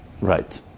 Right